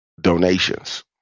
donations